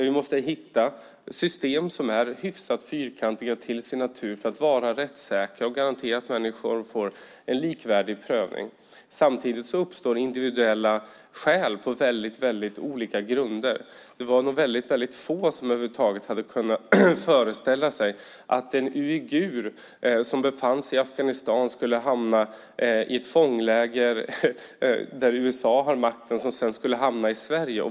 Vi måste hitta system som är hyfsat fyrkantiga till sin natur för att vara rättssäkra och kunna garantera att människor får en likvärdig prövning. Samtidigt uppstår individuella skäl på väldigt olika grunder. Det var nog få som över huvud taget hade kunnat föreställa sig att en uigur som befann sig i Afghanistan skulle hamna i ett fångläger där USA har makten och sedan hamna i Sverige.